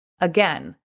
Again